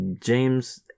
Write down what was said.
James